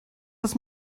das